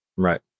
Right